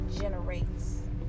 generates